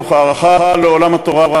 תוך הערכה לעולם התורה,